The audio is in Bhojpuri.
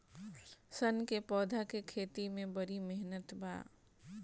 सन क पौधा के खेती में बड़ी मेहनत बा